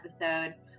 episode